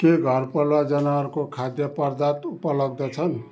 के घरपालुवा जनावरको खाद्य पदार्थ उपलब्ध छन्